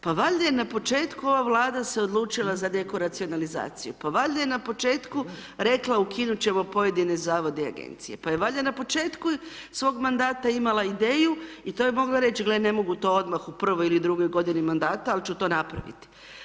Pa valjda je na početku ova Vlada se odlučila za deko racionalizaciju, pa valjda je na početku rekla ukinuti ćemo pojedine Zavode i Agencije, pa je valjda na početku svoga mandata imala ideju i to je mogla reći, gle ne mogu to odmah u prvoj ili drugoj godini mandata, ali ću to napraviti.